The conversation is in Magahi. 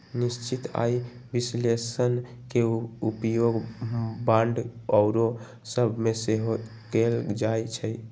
निश्चित आऽ विश्लेषण के उपयोग बांड आउरो सभ में सेहो कएल जाइ छइ